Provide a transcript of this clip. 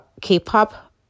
K-pop